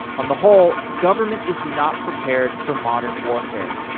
on the whole, government is not prepared for modern warfare.